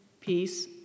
peace